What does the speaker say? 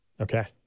Okay